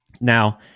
Now